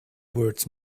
words